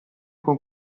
con